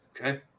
Okay